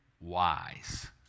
wise